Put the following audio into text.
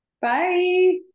Bye